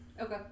Okay